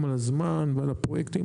גם על הזמן ועל הפרויקטים.